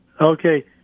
Okay